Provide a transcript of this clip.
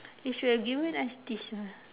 they should given us this you know